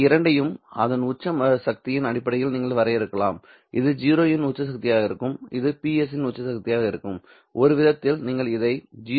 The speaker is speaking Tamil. இந்த இரண்டையும் அதன் உச்ச சக்தியின் அடிப்படையில் நீங்கள் வரையறுக்கலாம் இது 0 இன் உச்ச சக்தியாக இருக்கும் இது Ps இன் உச்ச சக்தியாக இருக்கும் ஒருவிதத்தில் நீங்கள் இதை 0 அல்லது Ps என சொல்லலாம்